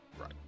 Right